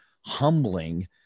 humbling